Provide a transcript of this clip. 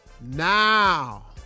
Now